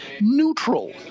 neutral